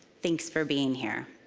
thanks for being here.